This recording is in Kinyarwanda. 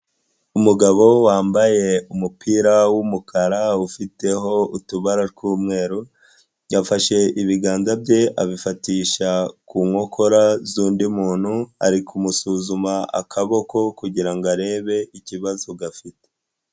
Umugabo wambaye umupira w'umukara ufiteho utubara tw'umweru yafashe ibiganza bye abifatisha ku nkokora z'undi muntu, ari kumusuzuma akaboko kugira ngo arebe ikibazo gafite.